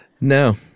No